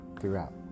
throughout